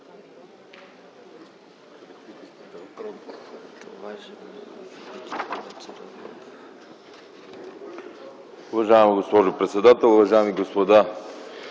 Уважаема госпожо председател, уважаеми господа